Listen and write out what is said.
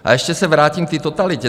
A ještě se vrátím k té totalitě.